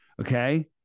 okay